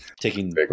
Taking